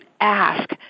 ask